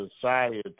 society